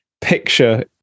picture